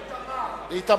הוא יעבור להר-ברכה ולאיתמר.